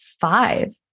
five